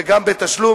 וגם בתשלום.